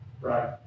right